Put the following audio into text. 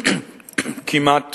כמעט